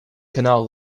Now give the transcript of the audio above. canal